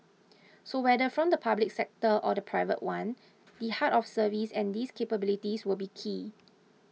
so whether from the public sector or the private one the heart of service and these capabilities will be key